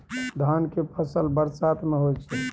धान के फसल बरसात में होय छै?